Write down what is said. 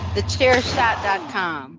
TheChairShot.com